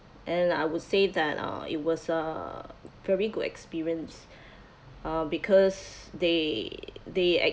and I would say that uh it was a very good experience uh because they they